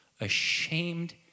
ashamed